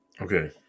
Okay